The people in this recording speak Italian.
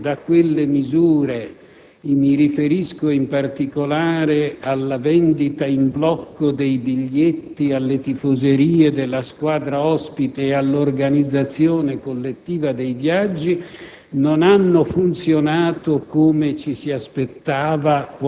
Alcune fenomenologie regolate da quelle misure - mi riferisco, in particolare, alla vendita in blocco dei biglietti alle tifoserie della squadra ospite e all'organizzazione collettiva dei viaggi